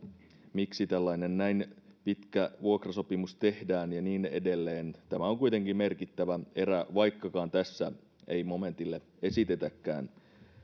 miksi tällainen näin pitkä vuokrasopimus tehdään ja niin edelleen tämä on kuitenkin merkittävä erä vaikkakaan tässä ei momentille esitetäkään